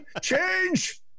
Change